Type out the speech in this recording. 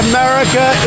America